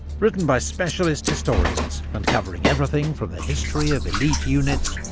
written by specialist historians, and covering everything from the history of elite units,